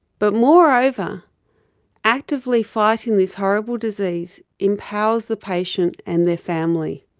but moreover, actively fighting this horrible disease empowers the patient and the family.